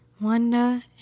Wanda